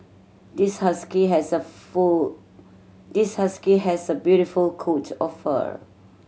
this husky has a full this husky has a beautiful coat of fur